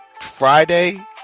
Friday